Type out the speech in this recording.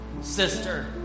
sister